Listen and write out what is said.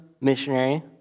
missionary